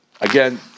again